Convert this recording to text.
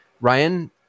Ryan